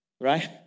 Right